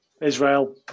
Israel